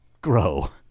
grow